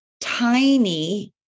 tiny